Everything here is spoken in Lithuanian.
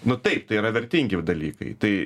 nu taip tai yra vertingi dalykai tai